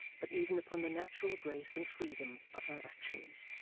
but even upon the natural grace and freedom of her actions.